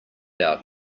out